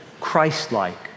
Christ-like